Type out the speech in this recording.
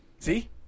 See